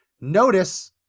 Notice